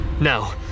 Now